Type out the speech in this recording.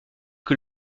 que